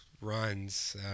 runs